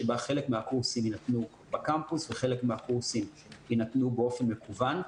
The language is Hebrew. שבה חלק מהקורסים יינתנו בקמפוס וחלק מהקורסים יינתנו באופן מקוון.